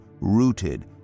rooted